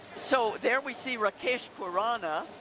so there we see rakesh khurana